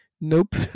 nope